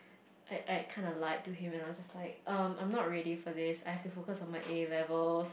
I I kind of lied to him and I was just like um I'm not ready for this I have to focus on my A-levels